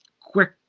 quick